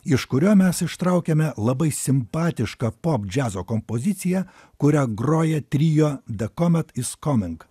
iš kurio mes ištraukėme labai simpatišką pop džiazo kompoziciją kurią groja trio de komet is komink